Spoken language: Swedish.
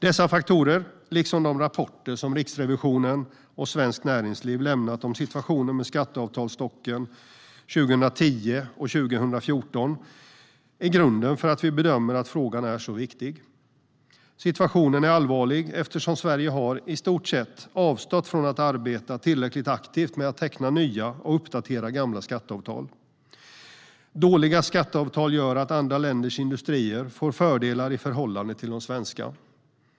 Dessa faktorer, liksom de rapporter som Riksrevisionen och Svenskt Näringsliv lämnat om situationen med skatteavtalsstocken 2010 och 2014, är grunden för att vi bedömer att frågan är så viktig. Situationen är allvarlig, eftersom Sverige har, i stort sett, avstått från att arbeta tillräckligt aktivt med att teckna nya och att uppdatera gamla skatteavtal. Dåliga skatteavtal gör att andra länders industrier får fördelar i förhållande till de svenska.